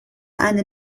eine